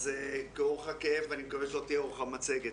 אז כאורך הכאב אני מקווה שלא תהיה אורך המצגת.